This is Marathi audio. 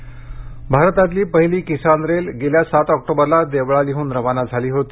किसानरेल रेल्वेपत्रक भारतातली पहिली किसान रेल गेल्या सात आक्टोबरला देवळालीहून रवाना झाली होती